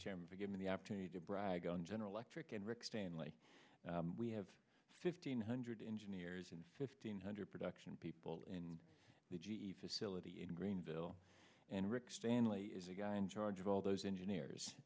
chairman for given the opportunity to brag on general electric and rick stanley we have fifteen hundred engineers and fifteen hundred production people in the g e facility in greenville and rick stanley is a guy in charge of all those engineers